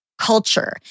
culture